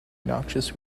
noxious